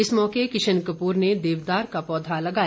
इस मौके किशन कपूर ने देवदार का पौधा लगाया